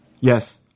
Yes